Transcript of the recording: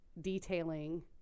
detailing